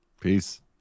Peace